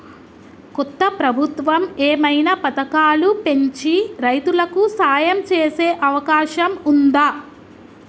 కొత్త ప్రభుత్వం ఏమైనా పథకాలు పెంచి రైతులకు సాయం చేసే అవకాశం ఉందా?